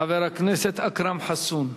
חבר הכנסת אכרם חסון.